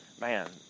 man